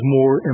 more